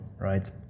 right